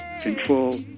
control